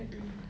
mm